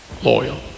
loyal